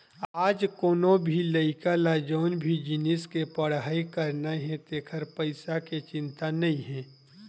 आज कोनो भी लइका ल जउन भी जिनिस के पड़हई करना हे तेखर पइसा के चिंता नइ हे